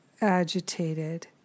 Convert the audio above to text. agitated